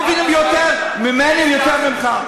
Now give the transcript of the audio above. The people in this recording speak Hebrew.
הם מבינים יותר ממני ויותר ממך.